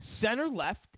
center-left